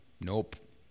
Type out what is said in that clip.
Nope